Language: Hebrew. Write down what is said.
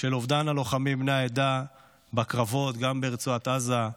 של אובדן הלוחמים בני העדה בקרבות, גם ברצועת עזה,